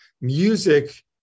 Music